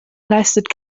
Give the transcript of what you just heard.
leistet